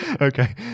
okay